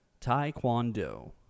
Taekwondo